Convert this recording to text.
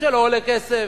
כשלא עולה כסף.